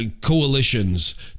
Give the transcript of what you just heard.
coalitions